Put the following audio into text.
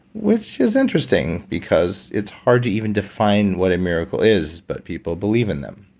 which is interesting because it's hard to even define what a miracle is, but people believe in them